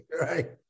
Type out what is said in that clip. right